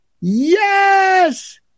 Yes